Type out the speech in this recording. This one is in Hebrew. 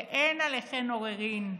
ואין עליכם עוררין.